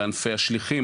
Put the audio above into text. בענפי השליחים,